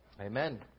Amen